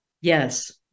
yes